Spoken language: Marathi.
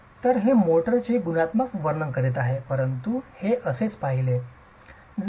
तर हे मोर्टारचे गुणात्मक वर्णन करीत आहे परंतु ते असेच असले पाहिजे